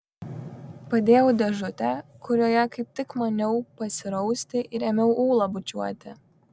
padėjau dėžutę kurioje kaip tik maniau pasirausti ir ėmiau ulą bučiuoti